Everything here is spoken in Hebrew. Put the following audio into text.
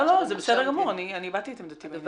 לא לא, זה בסדר גמור, אני הבעתי את עמדתי בעניין.